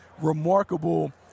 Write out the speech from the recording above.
remarkable